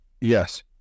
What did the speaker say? yes